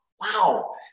wow